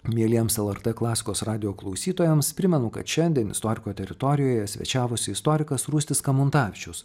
mieliems lrt klasikos radijo klausytojams primenu kad šiandien istoriko teritorijoje svečiavosi istorikas rūstis kamuntavičius